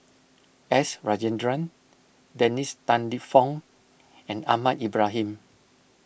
S Rajendran Dennis Tan Lip Fong and Ahmad Ibrahim